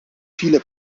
viele